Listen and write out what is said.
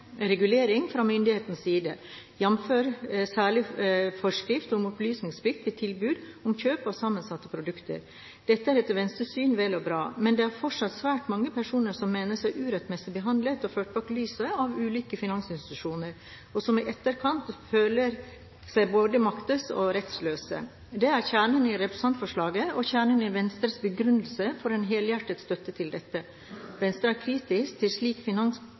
regulering fra myndighetenes side, jf. særlig Forskrift om opplysningsplikt ved tilbud om kjøp av sammensatte produkter. Dette er etter Venstres syn vel og bra, men det er fortsatt svært mange personer som mener seg urettmessig behandlet og ført bak lyset av ulike finansinstitusjoner, og som i etterkant føler seg både maktesløse og rettsløse. Det er kjernen i representantforslaget og kjernen i Venstres begrunnelse for en helhjertet støtte til dette. Venstre er kritisk til slik